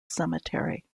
cemetery